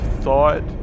thought